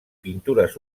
pintures